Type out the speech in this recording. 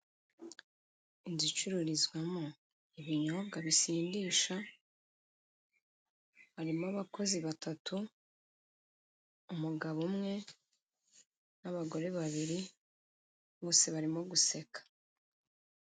Inzu icururizwamo ibinyobwa bisindisha, harimo abakozi batatu, umugabo umwe n'abagore babiri, bose barimo guseka.